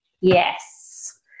Yes